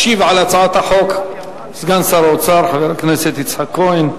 ישיב על הצעת החוק סגן שר האוצר חבר הכנסת יצחק כהן.